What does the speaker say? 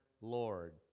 Lord